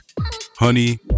Honey